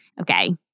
Okay